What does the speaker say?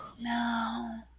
No